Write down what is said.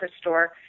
store